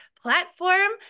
platform